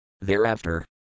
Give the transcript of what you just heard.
Thereafter